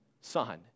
son